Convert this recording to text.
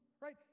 right